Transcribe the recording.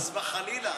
חס וחלילה.